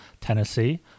Tennessee